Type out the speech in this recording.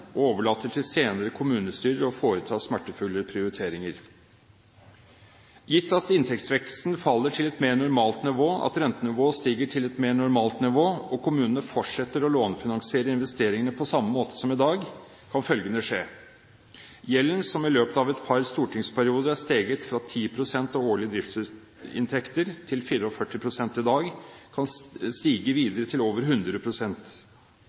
overlater til senere kommunestyrer å foreta smertefulle prioriteringer. Gitt at inntektsveksten faller til et mer normalt nivå, at rentenivået stiger til et mer normalt nivå, og kommunene fortsetter å lånefinansiere investeringene på samme måte som i dag, kan følgende skje: Gjelden som i løpet av et par stortingsperioder er steget fra 10 pst. av årlige driftsinntekter, til 44 pst. i dag, kan stige videre til over